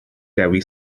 dewi